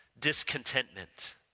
discontentment